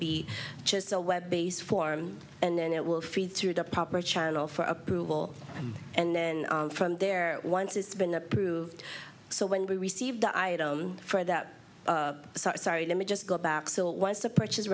be just a web based form and it will feed through the proper channel for approval and then from there once it's been approved so when we receive the item for that sorry let me just go back so once the purchase